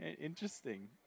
Interesting